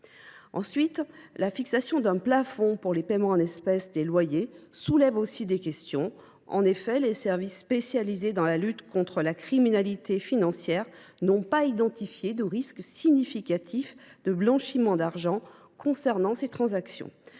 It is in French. plus, la fixation d’un plafond pour les paiements en espèces des loyers soulève des questions. En effet, les services spécialisés dans la lutte contre la criminalité financière n’ont pas identifié de risques significatifs de blanchiment d’argent concernant ces transactions.